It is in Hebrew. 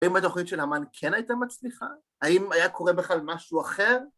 אם התוכנית של אמ״ן כן הייתה מצליחה, האם היה קורה בכלל משהו אחר?